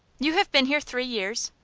you have been here three years?